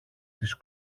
τις